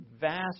vast